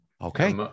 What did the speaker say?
Okay